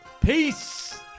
Peace